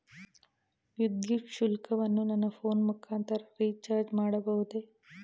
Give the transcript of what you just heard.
ವಿದ್ಯುತ್ ಶುಲ್ಕವನ್ನು ನನ್ನ ಫೋನ್ ಮುಖಾಂತರ ರಿಚಾರ್ಜ್ ಮಾಡಬಹುದೇ?